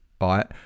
right